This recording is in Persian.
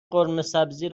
قرمهسبزی